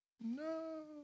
No